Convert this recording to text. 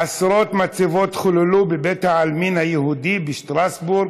עשרות מצבות חוללו בבית העלמין היהודי בשטרסבורג,